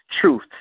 truth